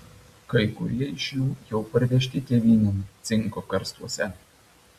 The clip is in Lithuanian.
kai kurie iš jų jau parvežti tėvynėn cinko karstuose